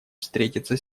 встретиться